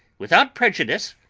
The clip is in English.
without prejudice,